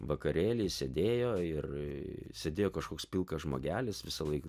vakarėly sėdėjo ir sėdėjo kažkoks pilkas žmogelis visąlaik